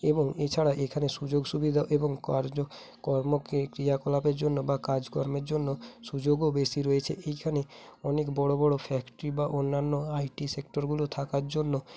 এবং এছাড়া এখানে সুযোগ সুবিধা এবং কার্য কর্ম ক্রিয়াকলাপের জন্য বা কাজকর্মের জন্য সুযোগও বেশি রয়েছে এইখানে অনেক বড়ো বড়ো ফ্যাক্টরি বা অন্যান্য আই টি সেক্টরগুলো থাকার জন্য